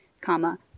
comma